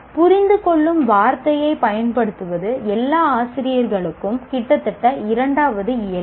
புரிந்துகொள்ளும் வார்த்தையைப் பயன்படுத்துவது எல்லா ஆசிரியர்களுக்கும் கிட்டத்தட்ட இரண்டாவது இயல்பு